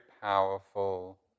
powerful